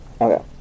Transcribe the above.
okay